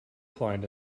find